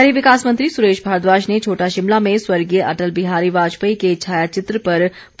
शहरी विकास मंत्री सुरेश भारद्वाज ने छोटा शिमला में स्वर्गीय अटल बिहारी वाजपेयी के छायाचित्र पर पुष्प अर्पित किए